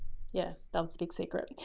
yeah, that was a big secret.